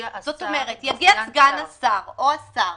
זאת אומרת, יגיע סגן השר או השר